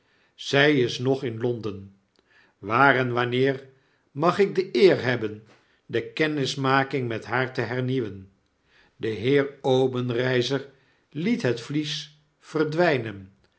zij is nog in l o n d e n waar en wanneer mag ik de eer hebben de kennismaking met haar te hernieuwen de heer obenreizer liet het vlies verdwijnen